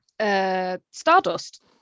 Stardust